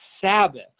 Sabbath